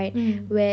mm